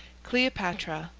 cleopatra.